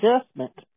adjustment